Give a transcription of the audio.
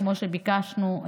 כמו שביקשנו.